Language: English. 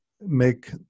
make